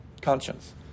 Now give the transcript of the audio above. Conscience